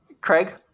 Craig